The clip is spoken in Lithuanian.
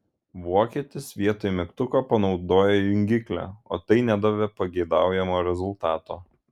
vokietis vietoj mygtuko panaudojo jungiklį o tai nedavė pageidaujamo rezultato